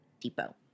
depot